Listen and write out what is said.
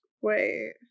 Wait